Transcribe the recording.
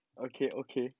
okay okay